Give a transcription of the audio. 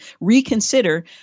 reconsider